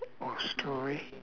or story